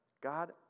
God